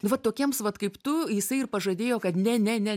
va tokiems vat kaip tu jisai ir pažadėjo kad ne ne ne